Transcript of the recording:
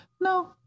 No